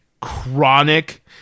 chronic